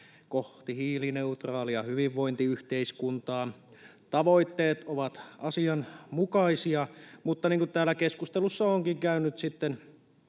Kohti hiilineutraalia hyvinvointiyhteiskuntaa. Tavoitteet ovat asianmukaisia, mutta niin kuin täällä keskustelussa onkin käynyt sitten